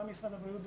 גם משרד הבריאות,